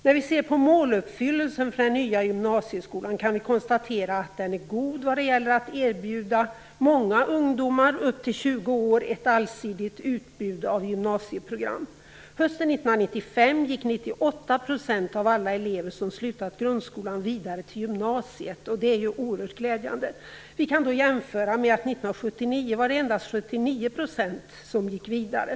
När vi ser på måluppfyllelsen för den nya gymnasieskolan kan vi konstatera att den är god vad det gäller att erbjuda många ungdomar upp till 20 år ett allsidigt utbud av gymnasieprogram. Hösten 1995 gick 98 % av alla elever som slutat grundskolan vidare till gymnasiet. Det är oerhört glädjande. Vi kan jämföra med att det 1979 endast var 79 % som gick vidare.